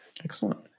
Excellent